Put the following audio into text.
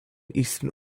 eastern